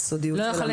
לא יכול לקבל,